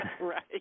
Right